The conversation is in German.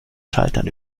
schaltern